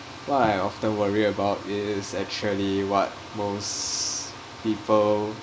what I often worry about is actually what most people